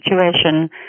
situation